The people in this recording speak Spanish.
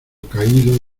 caído